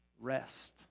rest